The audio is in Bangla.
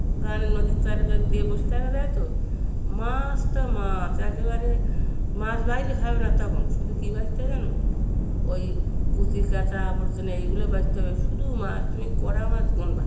নদীর চরে দিয়ে বসে থাকা যায় তো মাছ তো মাছ একেবারে মাছ বাইরে হবে না তখন শুধু কী বাঁচতে হয় জানো ওই কুচি কাঁচা আবর্জনা এইগুলো বাছতে হবে শুধু মাছ তুমি কটা মাছ গুনবে